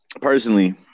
personally